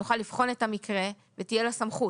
תוכל לבחון את המקרה ותהיה לו סמכות.